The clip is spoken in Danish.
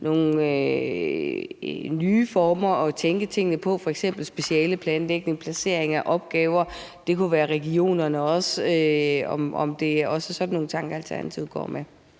nogle nye former at tænke tingene på, f.eks. specialeplanlægning, placering af opgaver, og det kunne også være regionerne – om det også er sådan nogle tanker, Alternativet går med.